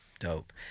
Dope